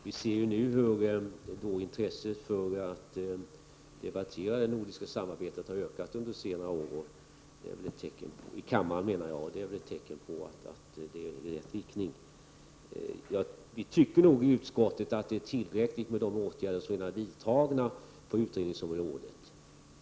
Vi kan nu se hur intresset för att debattera det nordiska samarbetet har ökat här i kammaren under senare år. Det är väl ett tecken på att det går i rätt riktning. Vi tycker nog i utskottet att det är tillräckligt med de åtgärder som redan är vidtagna på utredningsområdet.